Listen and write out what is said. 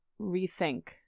rethink